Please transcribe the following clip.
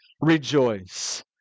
rejoice